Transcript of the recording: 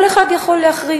כל אחד יכול להחרים